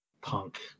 punk